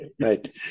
Right